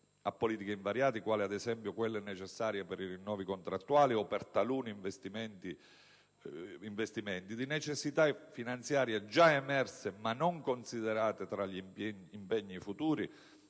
a politiche invariate (quali, ad esempio, quelle necessarie per i rinnovi contrattuali o per taluni investimenti) e di necessità finanziarie già emerse ma non considerate tra gli impegni futuri